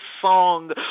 song